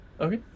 Okay